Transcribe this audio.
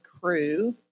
crew